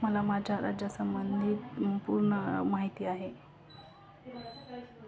मला माझ्या राज्यासंबंधित पूर्ण माहिती आहे